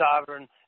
sovereign